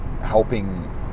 helping